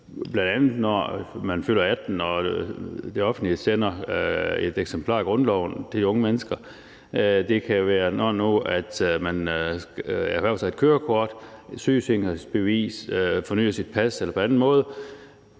bl.a., når man fylder 18 år og det offentlige sender et eksemplar af grundloven til de unge mennesker, og det kan være, når man nu erhverver sig et kørekort, et sygesikringsbevis, fornyer sit pas eller på anden måde,